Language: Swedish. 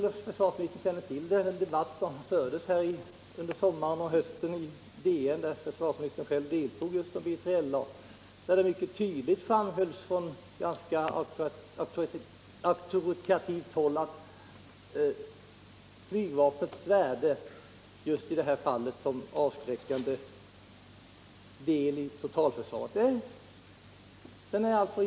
Under sommaren och hösten har det i DN förts en debatt om B3LA, och i den debatten har försvarsministern deltagit. Det har mycket tydligt framhållits från ganska auktoritativt håll att flygvapnets värde som avskräckande medel i totalförsvaret inte är odiskutabelt.